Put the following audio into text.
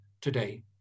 today